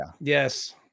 yes